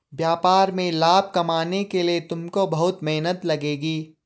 व्यापार में लाभ कमाने के लिए तुमको बहुत मेहनत लगेगी